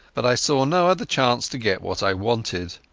but i saw no other chance to get what i wanted.